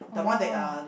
oh